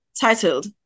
titled